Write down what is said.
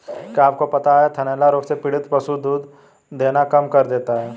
क्या आपको पता है थनैला रोग से पीड़ित पशु दूध देना कम कर देता है?